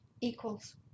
equals